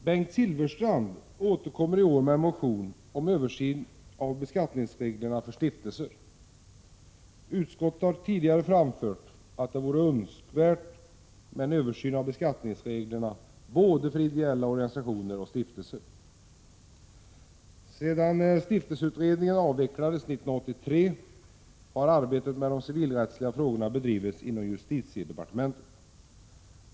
Bengt Silfverstrand återkommer i år med en motion om översyn av beskattningsreglerna för stiftelser. Utskottet har tidigare framfört att det vore önskvärt med en översyn av beskattningsreglerna för både ideella organisationer och stiftelser. Sedan stiftelseutredningen avvecklades 1983 har arbetet med de civilrättsliga frågorna bedrivits inom justitiedepartementet.